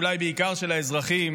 אולי בעיקר של האזרחים,